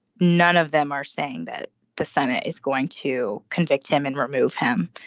none of them are saying that the senate is going to convict him and remove him.